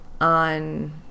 on